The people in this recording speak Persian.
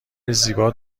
زیبا